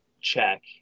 check